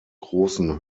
großen